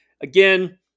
again